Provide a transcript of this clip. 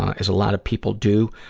as a lot of people do.